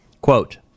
quote